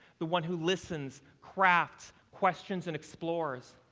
the one who listens, crafts, questions and explores.